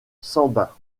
sambin